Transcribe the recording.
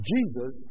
Jesus